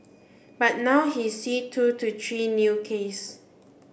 but now he sees two to three new case